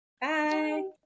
Bye